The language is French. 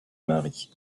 mari